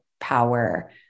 Power